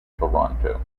toronto